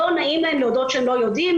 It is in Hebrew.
ולא נעים להם להודות שהם לא יודעים.